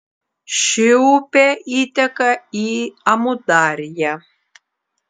ši upė įteka į amudarją